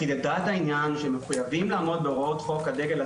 וחידדה את העניין שהם מחויבים לעמוד בהוראות חוק הדגל,